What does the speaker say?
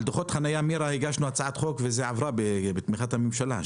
על דוחות חניה הגשנו הצעת חוק והיא עברה בתמיכת הממשלה.